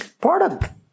Product